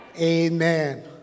Amen